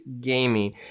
gaming